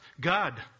God